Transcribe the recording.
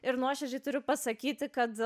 ir nuoširdžiai turiu pasakyti kad